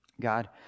God